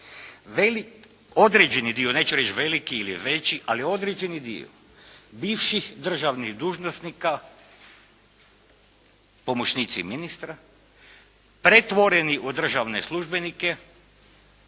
određeni dio, neću reći veliki ili veći, ali određeni dio bivših državnih dužnosnika, pomoćnici ministra pretvoreni u državne službenike,